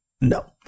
No